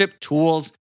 tools